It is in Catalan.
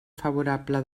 favorable